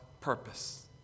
purpose